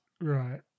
Right